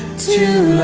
to